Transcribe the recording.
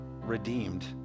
redeemed